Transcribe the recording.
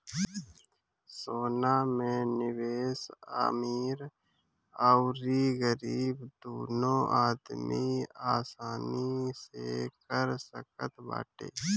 सोना में निवेश अमीर अउरी गरीब दूनो आदमी आसानी से कर सकत बाटे